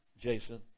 Jason